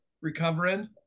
recovering